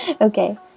Okay